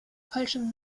falschem